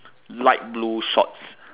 light blue shorts